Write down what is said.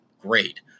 great